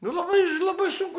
nu labai labai sunku